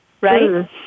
Right